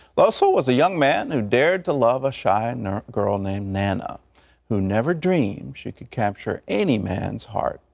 losol was a young man who dared to love a shy and girl named nana who never dreamed she could capture any man's heart.